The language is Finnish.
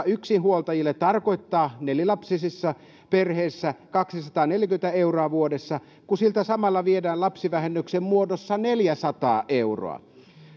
yksinhuoltajille tarkoittaa nelilapsisessa perheessä kaksisataaneljäkymmentä euroa vuodessa kun siltä samalla viedään lapsivähennyksen muodossa neljäsataa euroa